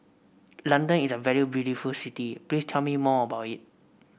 London is a very beautiful city please tell me more about it